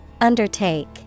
Undertake